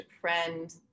friend